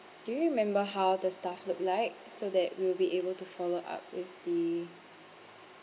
do you remember how the staff looked like so that we will be able to follow up with the